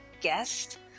guest